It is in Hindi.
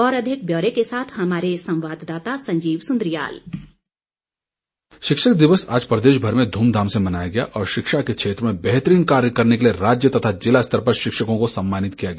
और अधिक ब्योरे के साथ हमारे संवाद्दाता संजीव सुन्द्रियाल शिक्षक दिवस आज प्रदेश भर में धूमधाम से मनाया गया और शिक्षा के क्षेत्र में बेहतरीन कार्य करने के लिए राज्य तथा जिला स्तर पर शिक्षकों को सम्मानित किया गया